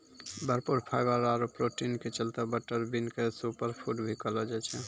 भरपूर फाइवर आरो प्रोटीन के चलतॅ बटर बीन क सूपर फूड भी कहलो जाय छै